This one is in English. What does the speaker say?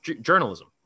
journalism